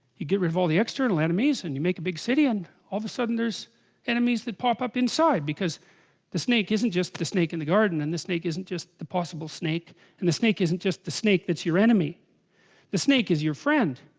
you get rid of all the external enemies and you make a big city and all of a sudden there's enemies that pop up inside because the snake isn't just the the snake in the garden and the snake isn't just the possible snake and the snake isn't just the snake that's your enemy the snake is your friend